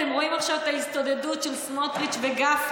אתם רואים עכשיו את ההסתודדות של סמוטריץ וגפני,